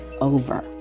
over